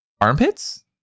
armpits